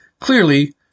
Clearly